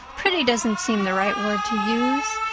pretty doesn't seem the right word to use.